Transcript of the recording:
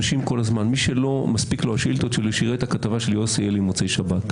מי שלא מספיק לו השאילתות שלי שיראה את הכתבה של יוסי אלי מוצאי שבת.